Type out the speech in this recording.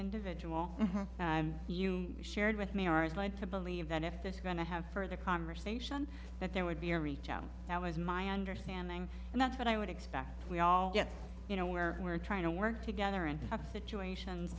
individual and you shared with me or is led to believe that if there is going to have further conversation that there would be a reach out that was my understanding and that's what i would expect we all get you know where we're trying to work together in a situation